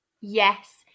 Yes